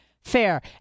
fair